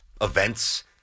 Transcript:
events